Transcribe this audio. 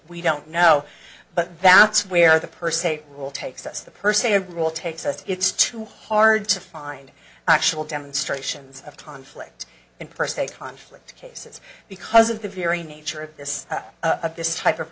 we don't know but that's where the per se will takes us the per se rule takes us it's too hard to find actual demonstrations of time flecked and per se conflict cases because of the very nature of this of this type of